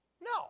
No